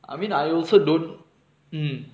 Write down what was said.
I mean I also don't mm